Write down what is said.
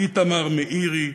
איתמר מאירי,